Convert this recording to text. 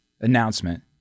announcement